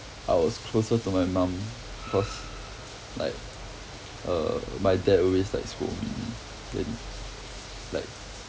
I was closer to my mum cause like err my dad always like scold me then like